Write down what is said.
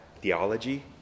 theology